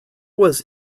was